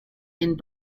and